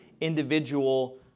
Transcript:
individual